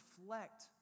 reflect